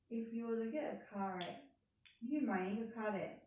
if you were to get a car right 你会买一个 car that